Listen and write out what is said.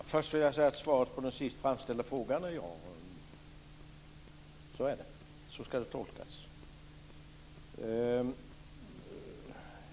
Fru talman! Först vill jag säga att svaret på den sist framställda frågan är ja. Så är det. Så ska det tolkas.